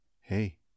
Hey